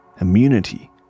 immunity